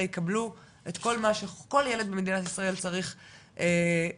יקבלו את כל מה שכול ילד במדינת ישראל צריך לקבל.